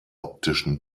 optischen